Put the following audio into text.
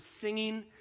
singing